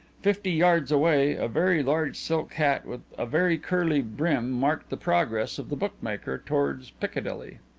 fifty yards away, a very large silk hat with a very curly brim marked the progress of the bookmaker towards piccadilly.